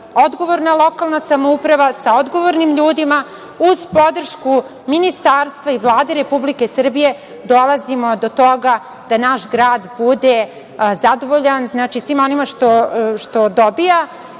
odgovorna lokalna samouprava sa odgovornim ljudima, uz podršku ministarstva i Vlade Republike Srbije, dolazim do toga da naš grad bude zadovoljan, znači, svim onim što dobija